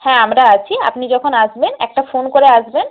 হ্যাঁ আমরা আছি আপনি যখন আসবেন একটা ফোন করে আসবেন